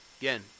Again